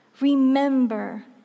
remember